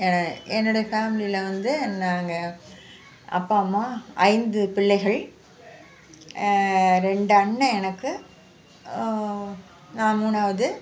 எ என்னுடைய ஃபேமிலியில வந்து நாங்கள் அப்பா அம்மா ஐந்து பிள்ளைகள் ரெண்டு அண்ணன் எனக்கு நான் மூணாவது